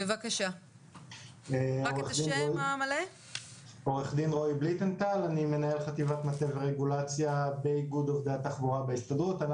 אני מנהל חטיבת מטה ורגולציה באיגוד עובדי התחבורה בהסתדרות.